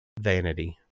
vanity